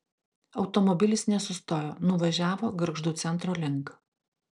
automobilis nesustojo nuvažiavo gargždų centro link